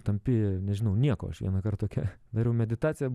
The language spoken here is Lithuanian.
tampi nežinau nieku aš vienąkart tokią dariau meditaciją